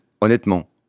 honnêtement